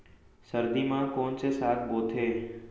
सर्दी मा कोन से साग बोथे?